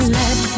let